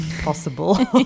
possible